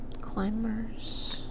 climbers